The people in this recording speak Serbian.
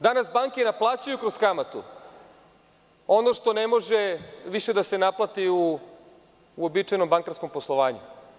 Danas banke naplaćuju kroz kamatu ono što ne može više da se naplati u uobičajenom bankarskom poslovanju.